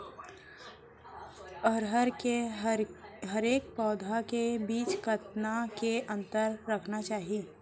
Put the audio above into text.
अरहर के हरेक पौधा के बीच कतना के अंतर रखना चाही?